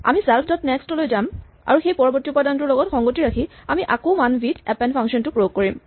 আমি self dot next লৈ যাম আৰু সেই পৰৱৰ্তী উপাদানটোৰ লগত সংগতি ৰাখি আমি আকৌ মান ভি ত এপেন্ড ফাংডন টো প্ৰয়োগ কৰিম